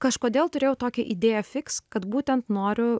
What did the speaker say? kažkodėl turėjau tokią idėją fiks kad būtent noriu